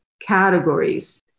categories